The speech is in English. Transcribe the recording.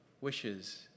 wishes